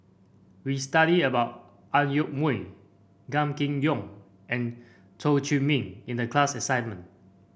we studied about Ang Yoke Mooi Gan Kim Yong and Chew Chor Meng in the class assignment